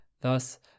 thus